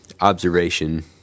observation